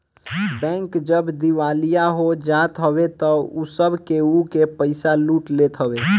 bank जब दिवालिया हो जात हवे तअ सब केहू के पईसा लूट लेत हवे